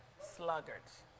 Sluggards